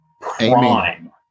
prime